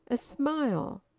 a smile.